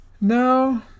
Now